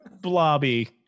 Blobby